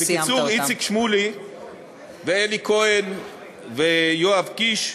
בקיצור, איציק שמולי ואלי כהן ויואב קיש,